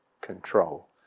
control